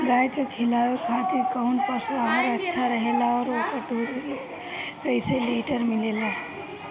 गाय के खिलावे खातिर काउन पशु आहार अच्छा रहेला और ओकर दुध कइसे लीटर मिलेला?